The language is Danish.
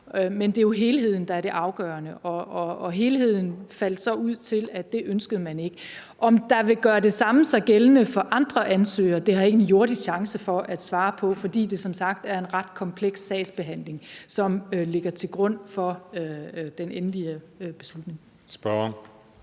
men det er jo helheden, der er det afgørende. Og helhedsvurderingen var så, at det ønsker man ikke. Om det samme vil gøre sig gældende for andre ansøgere, har jeg ikke en jordisk chance for at svare på, fordi det som sagt er en ret kompleks sagsbehandling, som ligger til grund for den endelige beslutning. Kl.